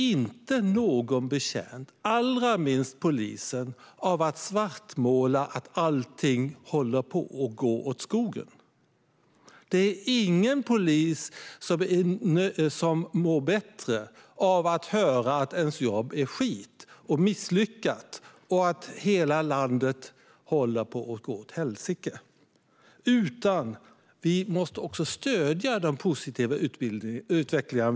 Ingen är betjänt, allra minst polisen, av att vi svartmålar och säger att allt håller på att gå åt skogen. Ingen polis mår bättre av att höra att ens jobb är skit och misslyckat och att hela landet håller på att gå åt helsike. Vi måste också stödja den positiva utvecklingen.